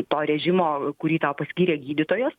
to režimo kurį tau paskyrė gydytojas